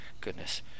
Goodness